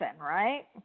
right